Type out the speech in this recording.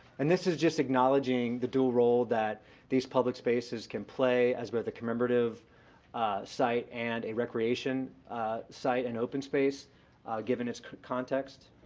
and this is just acknowledging the dual role that these public spaces can play as with a commemorative site and a recreation site in open space given its context.